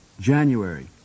January